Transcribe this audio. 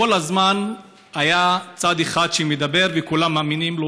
כל הזמן היה צד אחד שמדבר וכולם מאמינים לו,